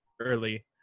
early